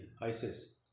ISIS